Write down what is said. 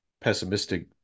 pessimistic